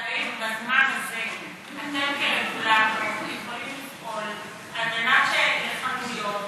אבל האם בזמן הזה אתם כרגולטור יכולים לפעול כדי שלחנויות